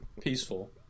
peaceful